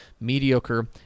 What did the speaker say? mediocre